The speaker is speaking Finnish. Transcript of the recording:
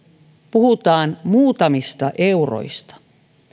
puhutaan muutamista euroista